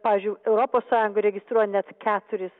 pavyzdžiui europos sąjunga registruoja net keturis